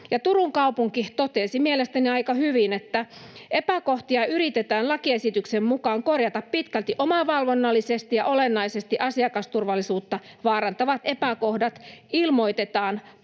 Turun kaupunki totesi mielestäni aika hyvin, että epäkohtia yritetään lakiesityksen mukaan korjata pitkälti omavalvonnallisesti ja olennaisesti asiakasturvallisuutta vaarantavat epäkohdat ilmoitetaan